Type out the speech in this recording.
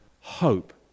hope